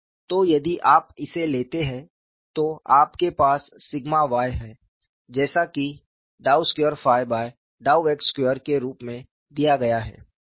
तो यदि आप इसे लेते हैं तो आपके पास σy है जैसा कि ∂2∂x2 के रूप में दिया गया है